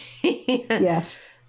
Yes